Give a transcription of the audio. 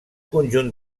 conjunt